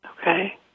Okay